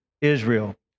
Israel